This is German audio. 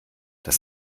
das